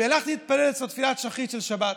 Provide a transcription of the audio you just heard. והלכתי להתפלל אצלו תפילת שחרית של שבת.